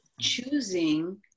choosing